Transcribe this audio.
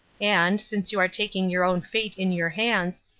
and, since you are taking your own fate in your hands,